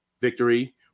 victory